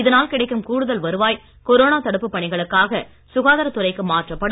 இதனால் கிடைக்கும் கூடுதல் வருவாய் கொரோனா தடுப்பு பணிகளுக்காக சுகாதார துறைக்கு மாற்றப்படும்